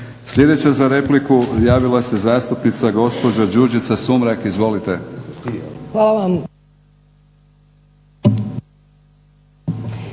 Sljedeća za repliku javila se zastupnica gospođa Đurđica Sumrak. Izvolite. **Sumrak,